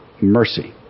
mercy